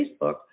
Facebook